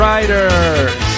Riders